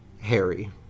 Harry